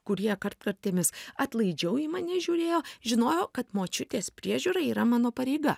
kurie kartkartėmis atlaidžiau į mane žiūrėjo žinojo kad močiutės priežiūra yra mano pareiga